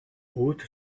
haute